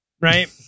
right